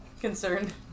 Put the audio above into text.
Concerned